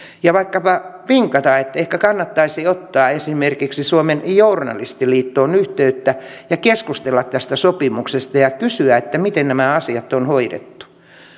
ja vaikkapa vinkata että ehkä kannattaisi ottaa esimerkiksi suomen journalistiliittoon yhteyttä ja keskustella tästä sopimuksesta ja kysyä miten nämä asiat on hoidettu